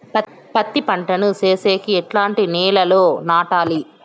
పత్తి పంట ను సేసేకి ఎట్లాంటి నేలలో నాటాలి?